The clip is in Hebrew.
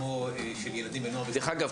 כמו של ילדים ונוער --- דרך אגב,